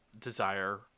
desire